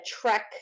trek